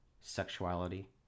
sexuality